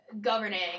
governing